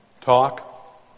talk